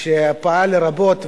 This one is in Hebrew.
שפעל רבות,